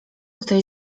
ktoś